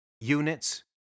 units